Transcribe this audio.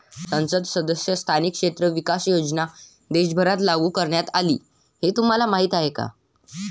संसद सदस्य स्थानिक क्षेत्र विकास योजना देशभरात लागू करण्यात आली हे तुम्हाला माहीत आहे का?